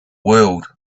world